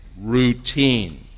routine